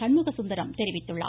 சண்முகசுந்தரம் தெரிவித்துள்ளார்